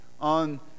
on